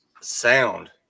sound